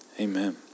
Amen